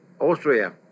Austria